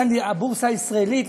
הבורסה הישראלית,